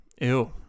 ew